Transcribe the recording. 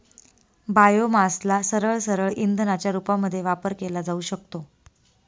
बायोमासला सरळसरळ इंधनाच्या रूपामध्ये वापर केला जाऊ शकतो